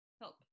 help